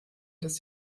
des